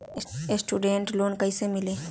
Student loan कैसे मिली?